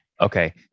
Okay